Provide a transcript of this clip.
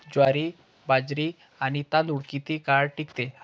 ज्वारी, बाजरी आणि तांदूळ किती काळ टिकतो?